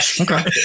Okay